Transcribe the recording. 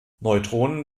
neutronen